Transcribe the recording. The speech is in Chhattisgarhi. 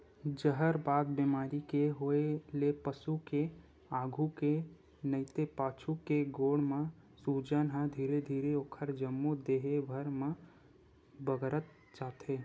जहरबाद बेमारी के होय ले पसु के आघू के नइते पाछू के गोड़ म सूजन ह धीरे धीरे ओखर जम्मो देहे भर म बगरत जाथे